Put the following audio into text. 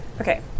Okay